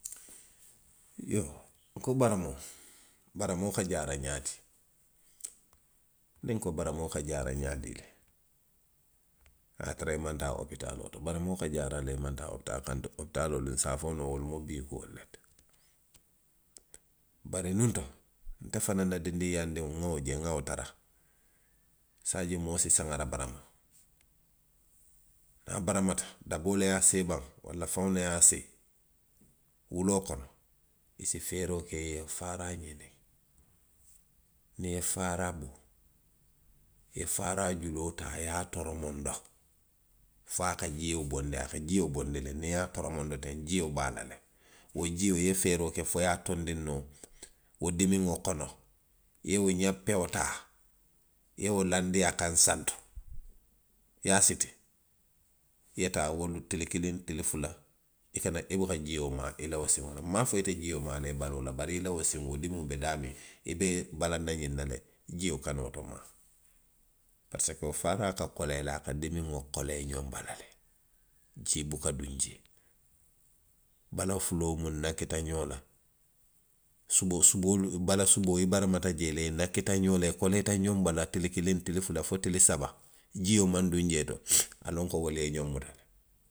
Iyoo, nko baramoo. baramoo ka jaara ňaadii. niŋ nko baramoo ka jaara ňaadii le, a ye a tara i maŋ taa opitaaloo to, baramoo ka jaara le i maŋ taa opitaaloo to kantuŋ opitaaloolu, nse a fo noo wolu mu bii kuolu le ti. Bari nuŋ to. nte fanaŋ na dindinyaa ndiŋo, nŋa wo je, nŋa wo tara. I se a je moo si saŋara barama. Niŋ a baramata, daboo le ye a see baŋ, walla faŋo le ye a see. wuloo kono, i si feeroo ke i ye faaraa ňiniŋ. niŋ i ye faaraa bo. i ye faaraa juloo taa, i ye a toromondo. fo a ka jio bondi. a ka jio bondi le niŋ i ye a toromondo teŋ, jio be a la le. Wo jio i ye feeroo ke fo i ye a tondiŋ noo wo dimiŋo kono. i ye wo ňappeo taa. i ye wo laandi a kaŋ santo, i ye a siti. i ye taa wo. tili kiliŋ, tili fula. i kana, i buka jio maa a la wo siŋo la. Nmaŋ a fo ite jio maa la i baloo la, bari i la wo siŋo, wo dimiŋo be daamiŋ, i be balaŋ na na ňiŋ na le jio kana woto maa. Parisiko faaraa ka kolee, a ka dimiŋo kolee ňoŋ bala le, jii buka duŋ jee. Bala fuloo muŋ nakita ňoo la. suboo, suboolu, bala suboo, i baramata jee le, i nakita ňoo la. i koleeta ňoŋ bala. tili kiliŋ, tili fula. fo tili saba, jio maŋ duŋ jee to, a loŋ ko wolu ye ňoŋ muta le.